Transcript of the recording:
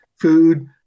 food